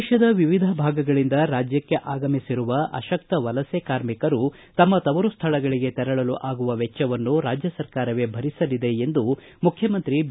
ದೇಶದ ವಿವಿಧ ಭಾಗಗಳಿಂದ ರಾಜ್ಯಕ್ಷೆ ಆಗಮಿಸಿರುವ ಅಶಕ್ತ ವಲಸೆ ಕಾರ್ಮಿಕರು ತಮ್ನ ತವರು ಸ್ವಳಗಳಿಗೆ ತೆರಳಲು ಆಗುವ ವೆಚ್ಚವನ್ನು ರಾಜ್ಯ ಸರ್ಕಾರವೇ ಭರಿಸಲಿದೆ ಎಂದು ಮುಖ್ಚಮಂತ್ರಿ ಬಿ